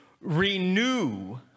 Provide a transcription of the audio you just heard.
renew